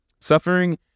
Suffering